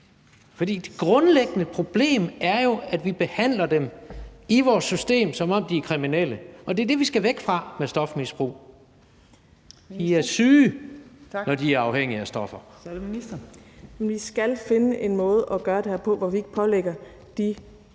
For det grundlæggende problem er jo, at vi i vores system behandler dem, som om de er kriminelle, og det er det, vi skal væk fra med stofmisbrugere. De er syge, når de er afhængige af stoffer.